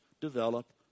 develop